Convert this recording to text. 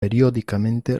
periódicamente